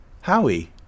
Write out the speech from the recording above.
Howie